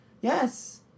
yes